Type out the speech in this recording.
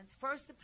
first